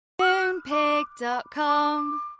Moonpig.com